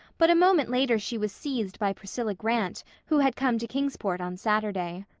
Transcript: but a moment later she was seized by priscilla grant, who had come to kingsport on saturday.